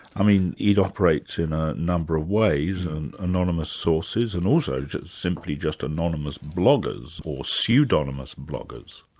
i mean it operates in a number of ways, and anonymous sources, and also simply just anonymous bloggers, or pseudonymous bloggers.